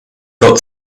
got